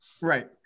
Right